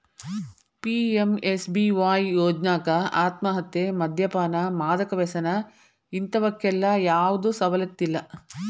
PMSBY ಯೋಜ್ನಾಕ ಆತ್ಮಹತ್ಯೆ, ಮದ್ಯಪಾನ, ಮಾದಕ ವ್ಯಸನ ಇಂತವಕ್ಕೆಲ್ಲಾ ಯಾವ್ದು ಸವಲತ್ತಿಲ್ಲ